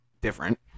different